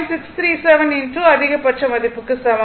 637 அதிகபட்ச மதிப்பு க்கு சமம்